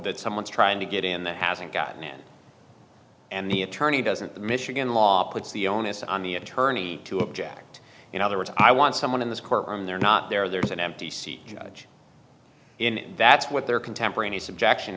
that someone's trying to get in that hasn't gotten out and the attorney doesn't the michigan law puts the onus on the attorney to object in other words i want someone in this courtroom they're not there there's an empty seat judge in that's what they're contemporaneous objection